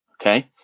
Okay